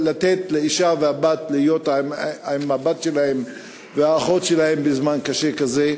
לתת לאישה ולבת להיות עם הבת שלה והאחות שלה בזמן קשה כזה.